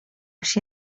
się